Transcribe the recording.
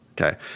Okay